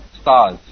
stars